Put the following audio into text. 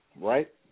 Right